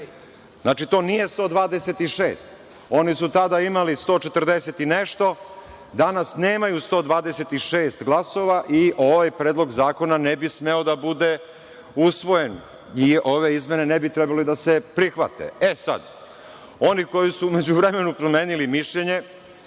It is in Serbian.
Znači, to nije 126, oni su tada imali 140 i nešto, danas nemaju 126 glasova i ovaj Predlog zakona ne bi smeo da bude usvojen i ove izmene ne bi trebale da se prihvate. Oni koji su u međuvremenu promenili mišljenje,